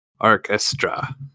Orchestra